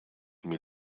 mir